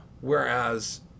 Whereas